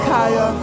Kaya